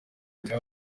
imbere